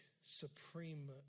supreme